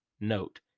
Note